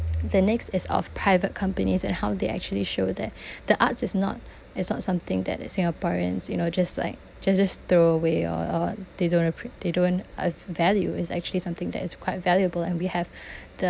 the next is of private companies and how they actually show that the arts is not it's not something that the singaporeans you know just like just just throw away or or they don't appre~ they don't uh value is actually something that is quite valuable and we have the